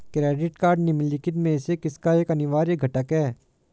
Credit card निम्नलिखित में से किसका एक अनिवार्य घटक है?